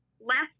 Last